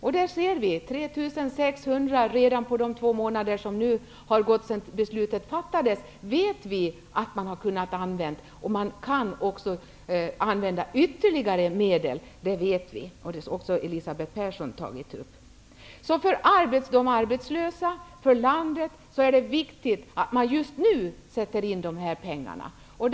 Redan nu, när två månader gått sedan beslut fattades, har 3 600 personer fått en utbildningsplats på någon av folkhögskolans kurser. Men ytterligare medel kan behövas. Elisabeth Persson har tagit upp den saken. För de arbetslösa och för landet är det alltså viktigt att just nu avsätta de pengar som behövs.